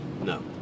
No